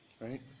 right